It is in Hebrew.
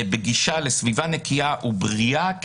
בגישה לסביבה נקייה ובריאה,